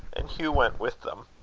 and hugh went with them.